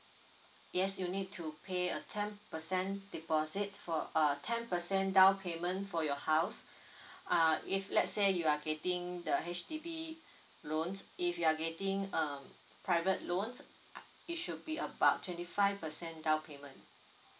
yes you need to pay a ten percent deposit for err ten percent down payment for your house uh if let's say you are getting the H_D_B loans if you are getting um private loans it should be about twenty five percent down payment